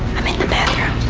i'm in the bathroom.